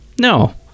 No